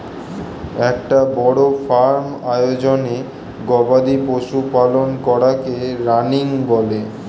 একটা বড় ফার্ম আয়োজনে গবাদি পশু পালন করাকে রানিং বলে